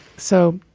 so.